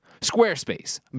Squarespace